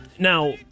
Now